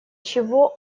чего